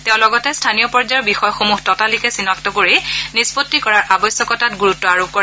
তেওঁ লগতে স্থানীয় পৰ্যায়ৰ বিষয়সমূহ ততালিকে চিনাক্ত কৰি নিষ্পত্তি কৰাৰ আৱশ্যকতাত গুৰুত্ব আৰোপ কৰে